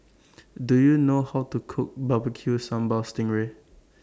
Do YOU know How to Cook Barbecue Sambal Sting Ray